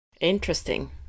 Interesting